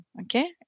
Okay